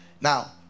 Now